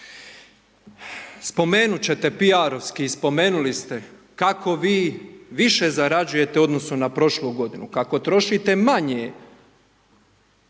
Spomenuti ćete P.R. spomenuli ste, kako vi, više zarađujete u odnosu na prošlu g. kako trošite manje u